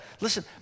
listen